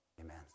Amen